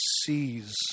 sees